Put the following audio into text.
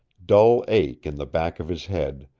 dull ache in the back of his head,